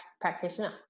practitioner